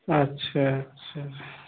अच्छा अच्छा